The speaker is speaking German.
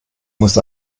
muss